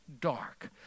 dark